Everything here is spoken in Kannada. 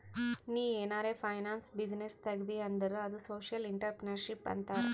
ನೀ ಏನಾರೆ ಫೈನಾನ್ಸ್ ಬಿಸಿನ್ನೆಸ್ ತೆಗ್ದಿ ಅಂದುರ್ ಅದು ಸೋಶಿಯಲ್ ಇಂಟ್ರಪ್ರಿನರ್ಶಿಪ್ ಅಂತಾರ್